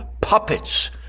puppets